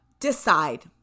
Decide